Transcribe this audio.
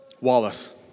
Wallace